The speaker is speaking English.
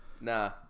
Nah